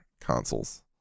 consoles